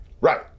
right